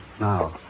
now